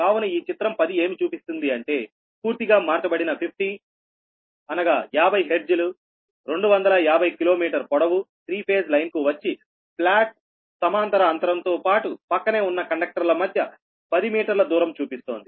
కావున ఈ చిత్రం 10 ఏమి చూపిస్తుంది అంటే పూర్తిగా మార్చబడిన 50 హెర్ట్జ్250 కిలో మీటర్ పొడవు త్రీ ఫేజ్ లైన్ కు వచ్చి ఫ్లాట్ సమాంతర అంతరం తో పాటు పక్కనే ఉన్న కండక్టర్ ల మధ్య 10 మీటర్ల దూరం చూపిస్తోంది